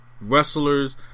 wrestlers